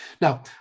Now